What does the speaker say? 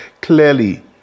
clearly